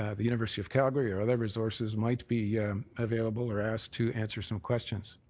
ah the university of calgary or other resources might be available or asked to answer some questions.